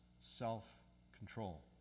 self-control